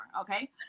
okay